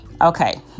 Okay